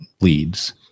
leads